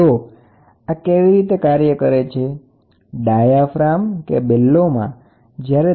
જો તમારી પાસે એક ડાયાફાર્મ હોય કે એક કરતા વધારે ડાયાફાર્મ હોય કે તમારી પાસે બેલોસ હોય જ્યારે દબાણ આપવામાં આવે છે ત્યારે તે વિચલિત થાય છે